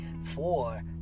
four